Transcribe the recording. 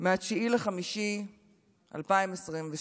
מ-9 במאי 2022,